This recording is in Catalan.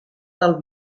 del